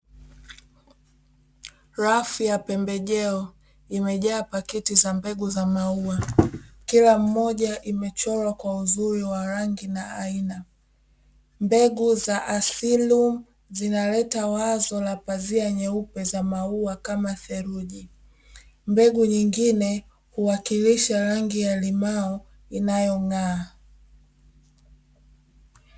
Rafu ya pembejeo, imejaa pakiti za mbegu za maua, kila moja imechorwa kwa uzuri wa rangi na aina, mbegu za asili zinaleta wazo la pazia nyeupe za maua kama dheluji, mbegu zingine huwakirisha ramngi ya limao inayong'aa.